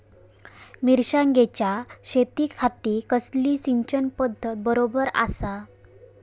मिर्षागेंच्या शेतीखाती कसली सिंचन पध्दत बरोबर आसा?